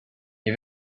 nie